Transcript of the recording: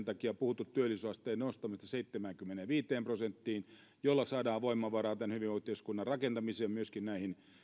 takia on puhuttu työllisyysasteen nostamisesta seitsemäänkymmeneenviiteen prosenttiin jolla saadaan voimavaraa tämän hyvinvointiyhteiskunnan rakentamiseen ja myöskin näihin